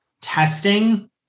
testing